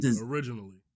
originally